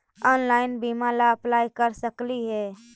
Online बीमा ला apply कर सकली हे?